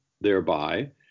thereby—